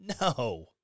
No